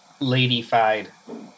ladyfied